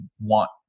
want